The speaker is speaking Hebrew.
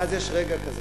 ואז יש רגע כזה,